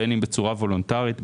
בין אם בצורה וולונטרית,